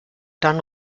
dann